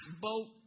boat